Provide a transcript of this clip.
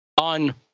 on